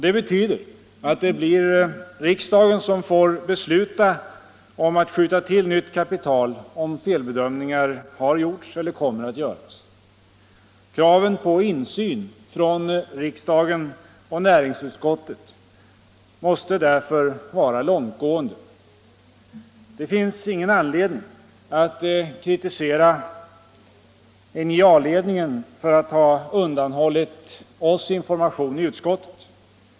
Det betyder att det blir riksdagen som får besluta om eventuella kapitaltillskott därest felbedömningar har gjorts eller kommer att göras. Kraven på insyn för riksdagen och dess näringsutskott måste därför vara långtgående. Det finns heller ingen anledning att kritisera NJA-ledningen för att ha undanhållit utskottet information.